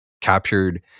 captured